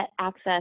access